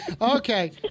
Okay